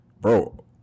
bro